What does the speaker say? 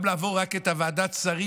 גם לעבור את ועדת השרים,